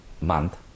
month